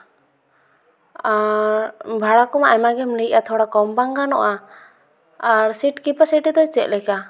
ᱟᱨ ᱵᱷᱟᱲᱟ ᱠᱚᱢᱟ ᱟᱭᱢᱟᱜᱮᱢ ᱞᱟᱹᱭᱮᱜᱼᱟ ᱛᱷᱚᱲᱟ ᱠᱚᱢ ᱵᱟᱝ ᱜᱟᱱᱚᱜᱼᱟ ᱟᱨ ᱥᱤᱴ ᱠᱮᱯᱟᱥᱤᱴᱤ ᱫᱚ ᱪᱮᱫᱞᱮᱠᱟ